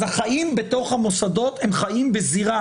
אז החיים בתוך המוסדות הם חיים בזירה